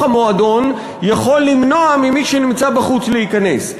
המועדון יכול למנוע ממי שנמצא בחוץ להיכנס.